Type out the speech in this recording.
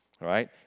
Right